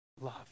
love